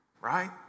right